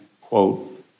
quote